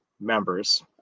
members